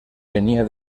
venía